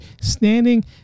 standing